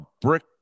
brick